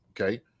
Okay